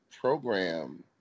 program